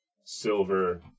silver